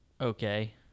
okay